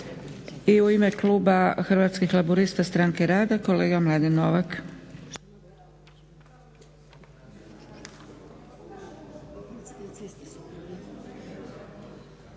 I u ime kluba Hrvatskih laburista – Stranke rada kolega Mladen Novak.